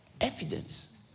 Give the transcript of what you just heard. Evidence